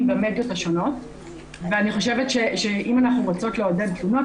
במדיות השונות ואני חושבת שאם אנחנו רוצות לעודד תלונות,